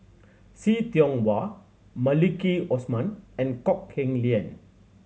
See Tiong Wah Maliki Osman and Kok Heng Leun